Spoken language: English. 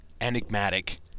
enigmatic